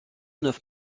neuf